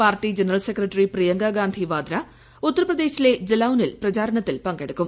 party general secretary Priyanka Gandhi Vadra ഉത്തർപ്രദേശിലെ ജലൌനിൽ പ്രചരണത്തിൽ പങ്കെടുക്കും